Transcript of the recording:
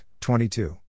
22